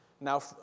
now